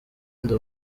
ndi